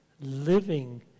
living